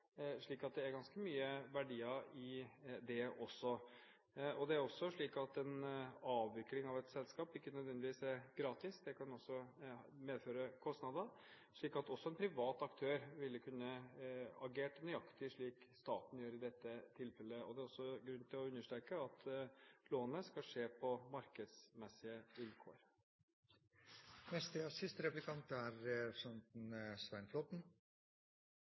slik at det er ganske store verdier i det også. Det er også slik at en avvikling av et selskap ikke nødvendigvis er gratis – det kan også medføre kostnader – og en privat aktør ville kunne agert nøyaktig slik staten gjør, i dette tilfellet. Det er også grunn til å understreke at lånet skal gis på markedsmessige vilkår. Både statsråden og